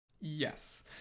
yes